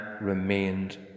remained